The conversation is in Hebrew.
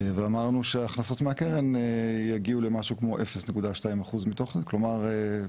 ואמרנו שההכנסות מהקרן יגיעו למשהו כמו 0.2 אחוז מתוך זה כלומר,